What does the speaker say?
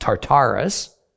Tartarus